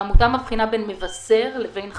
העמותה מבחינה בין מבשר לבין חלוץ.